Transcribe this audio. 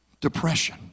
Depression